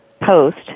post